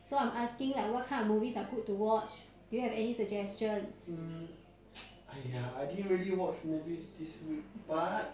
so I'm asking like what kind of movies are good to watch do you have any suggestions